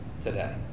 Today